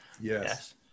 Yes